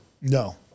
No